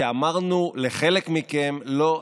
ואמרנו לחלק מכם: לא,